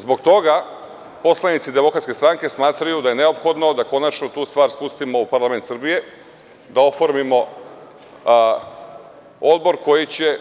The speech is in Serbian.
Zbog toga poslanici DS smatraju da je neophodno da konačno tu stvar spustimo u parlament Srbije, da oformimo odbor koji će